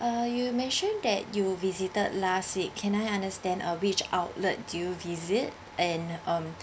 uh you mention that you visited last week can I understand uh which outlet do you visit and um